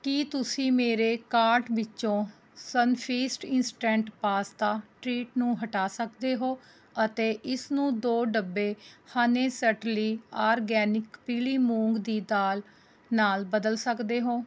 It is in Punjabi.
ਕੀ ਤੁਸੀਂ ਮੇਰੇ ਕਾਰਟ ਵਿੱਚੋਂ ਸਨਫੀਸਟ ਇੰਸਟੈਂਟ ਪਾਸਤਾ ਟ੍ਰੀਟ ਨੂੰ ਹਟਾ ਸਕਦੇ ਹੋ ਅਤੇ ਇਸ ਨੂੰ ਦੋ ਡੱਬੇ ਆਰਗੈਨਿਕ ਪੀਲੀ ਮੂੰਗ ਦੀ ਦਾਲ ਨਾਲ ਬਦਲ ਸਕਦੇ ਹੋ